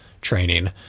training